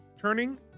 turning